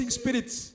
spirits